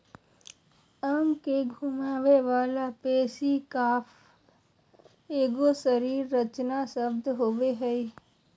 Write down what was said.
अंग के घुमावे वाला पेशी कफ एगो शरीर रचना शब्द होबो हइ